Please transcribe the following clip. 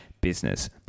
business